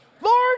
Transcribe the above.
Lord